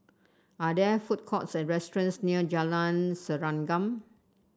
are there food courts or restaurants near Jalan Serengam